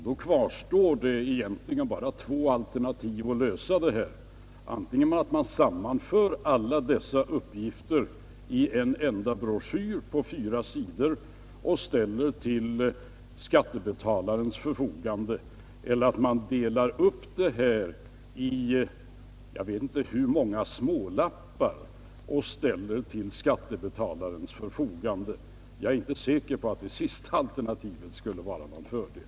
Då kvarstår egentligen bara två alternativ för att lösa detta: Antingen får man sammanföra alla dessa uppgifter i en enda broschyr på fyra sidor och ställa den till skattebetalarnas förfogande eller också får man dela upp upplysningarna på, jag vet inte hur många, smålappar och ställa dem till skattebetalarnas förfogande. Jag är inte säker på att det sista alternativet skulle medföra någon fördel.